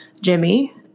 Jimmy